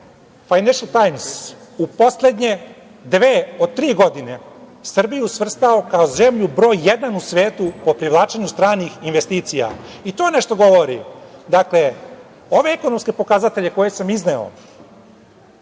Fajnenšl Tajms u poslednje dve od tri godine, Srbiju svrstao kao zemlju broj jedan u svetu po privlačenju stranih investicija. I to nešto govori. Dakle, ove ekonomske pokazatelje koje sam izneo,